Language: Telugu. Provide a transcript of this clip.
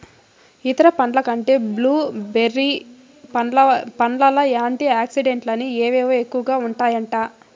ఇతర పండ్ల కంటే బ్లూ బెర్రీ పండ్లల్ల యాంటీ ఆక్సిడెంట్లని అవేవో ఎక్కువగా ఉంటాయట